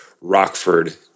Rockford